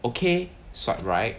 okay swipe right